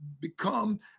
become